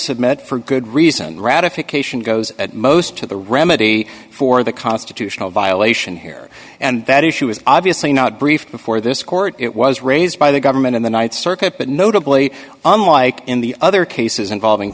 submit for good reason ratification goes at most to the remedy for the constitutional violation here and that issue is obviously not brief before this court it was raised by the government in the th circuit but notably unlike in the other cases involving